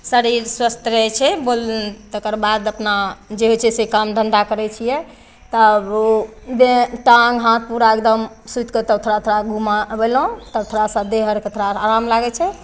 शरीर स्वस्थ रहै छै बोल तकरबाद अपना जे होइ छै से काम धन्धा करै छियै तब ओ जे टाङ्ग हाथ पूरा एगदम सुति कऽ तब थोड़ा थोड़ा घुमाबलहुँ तब थोड़ा सा देह आरके थोड़ा आराम लागै छै